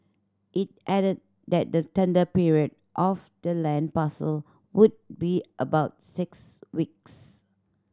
it added that the tender period for the land parcel would be about six weeks